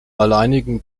alleinigen